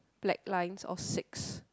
black lines or six